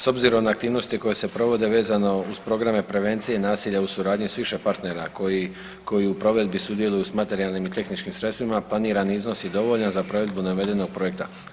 S obzirom na aktivnosti koje se provode vezano uz programe prevencije i nasilja u suradnji s više partnera koji, koji u provedbi sudjeluju s materijalnim i tehničkim sredstvima planirani iznos je dovoljan za provedbu navedenog projekta.